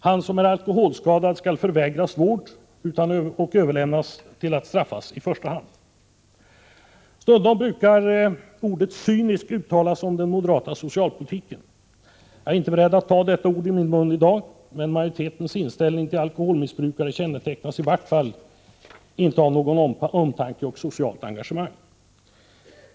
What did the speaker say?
Den som är alkoholskadad skall förvägras vård och överlämnas för att straffas i första hand. Stundom brukar ordet cynisk uttalas om den moderata socialpolitiken. Jag är inte beredd att ta detta ord i min mun i dag, men majoritetens inställning till alkoholmissbrukare kännetecknas i varje fall inte av någon omtanke och något socialt engagemang.